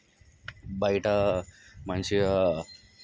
బయట మంచిగా